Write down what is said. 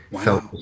felt